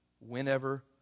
whenever